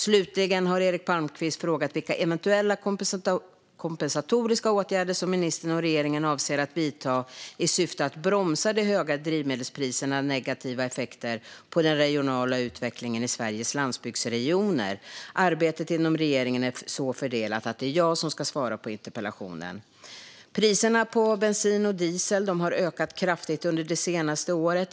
Slutligen har Eric Palmqvist frågat vilka eventuella kompensatoriska åtgärder som ministern och regeringen avser att vidta i syfte att bromsa de höga drivmedelsprisernas negativa effekter på den regionala utvecklingen i Sveriges landsbygdsregioner. Arbetet inom regeringen är så fördelat att det är jag som ska svara på interpellationen. Priserna på bensin och diesel har ökat kraftigt under det senaste året.